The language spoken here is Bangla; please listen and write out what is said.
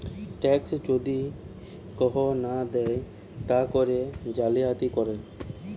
ট্যাক্স যদি কেহু না দেয় তা করে জালিয়াতি করে